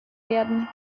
werden